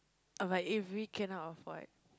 oh but if we cannot afford